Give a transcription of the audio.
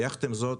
יחד עם זאת,